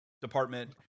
department